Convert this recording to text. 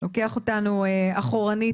לוקח אותנו אחורנית.